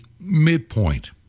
midpoint